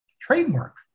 trademark